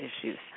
issues